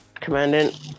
commandant